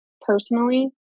personally